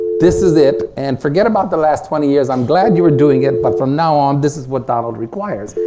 this is it and forget about the last twenty years. i'm glad you were doing it, but from now on this is what donald requires.